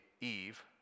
Eve